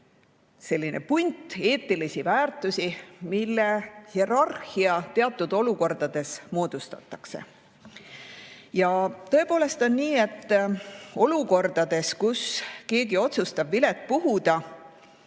selline punt eetilisi väärtusi, mille hierarhia teatud olukordades moodustatakse. Tõepoolest on nii, et kui keegi otsustab vilet puhuda,